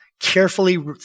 carefully